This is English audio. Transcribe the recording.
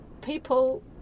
people